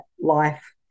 life